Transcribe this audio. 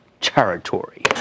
territory